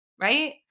Right